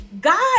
God